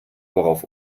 worauf